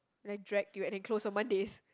when I drag you and then close on Mondays